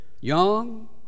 Young